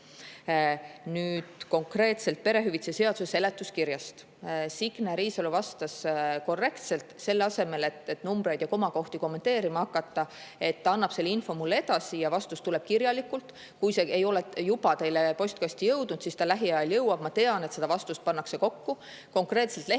Konkreetselt perehüvitiste seaduse seletuskirjast – Signe Riisalo vastas korrektselt, et selle asemel, et numbreid ja komakohti kommenteerima hakata, ta annab selle info mulle edasi ja vastus tuleb kirjalikult. Kui see ei ole juba teile postkasti jõudnud, siis lähiajal jõuab. Ma tean, et seda vastust pannakse kokku. Konkreetselt leheküljel